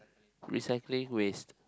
recycling waste